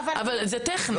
זה טכני.